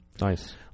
Nice